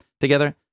Together